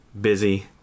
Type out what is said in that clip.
busy